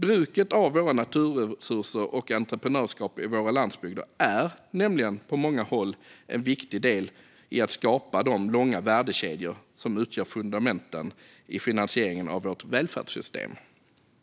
Bruket av våra naturresurser och entreprenörskap i våra landsbygder är nämligen på många håll en viktig del i att skapa de långa värdekedjor som utgör fundamenten i finansieringen av vårt välfärdssystem.